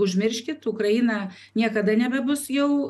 užmirškit ukraina niekada nebebus jau